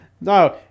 No